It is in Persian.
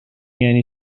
یعنی